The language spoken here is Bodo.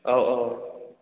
औ औ